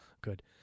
good